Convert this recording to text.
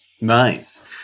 Nice